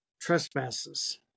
trespasses